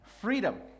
freedom